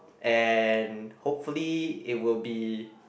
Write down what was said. and hopefully it will be